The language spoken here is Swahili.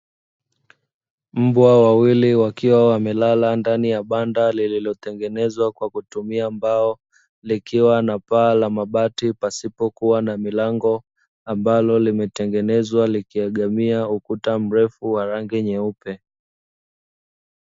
Mbwa wawili wakiwa wamelala ndani ya banda lililotengenezwa kwa kutumia mbao likiwa na paa la mabati pasipo kuwa na milango, ambalo limetengenezwa likiegamia ukuta mrefu wa rangi nyeupe.